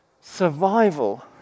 survival